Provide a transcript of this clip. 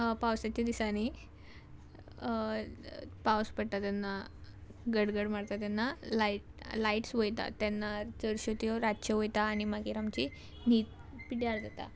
पावसाच्या दिसांनी पावस पडटा तेन्ना घडघड मारता तेन्ना लायट लायट्स वयता तेन्ना चडश्यो त्यो रातच्यो वयता आनी मागीर आमची न्हीद पिड्ड्यार जाता